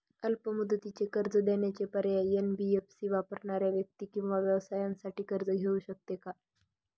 अल्प मुदतीचे कर्ज देण्याचे पर्याय, एन.बी.एफ.सी वापरणाऱ्या व्यक्ती किंवा व्यवसायांसाठी कर्ज घेऊ शकते का?